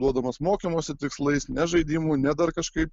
duodamas mokymosi tikslais ne žaidimų ne dar kažkaip